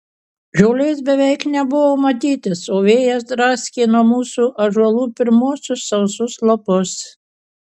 žolės beveik nebuvo matytis o vėjas draskė nuo mūsų ąžuolų pirmuosius sausus lapus